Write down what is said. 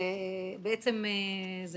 בעצם זה